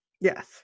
Yes